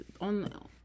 on